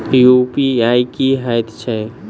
UPI की हएत छई?